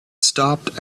stopped